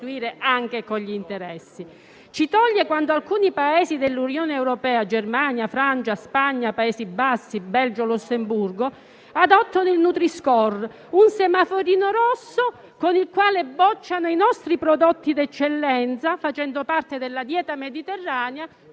Ci toglie quando alcuni Paesi dell'Unione europea (Germania, Francia, Spagna, Paesi Bassi, Belgio e Lussemburgo) adottano il nutri-score: un semaforino rosso con il quale bocciano i nostri prodotti d'eccellenza facenti parte della dieta mediterranea,